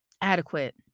adequate